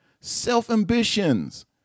self-ambitions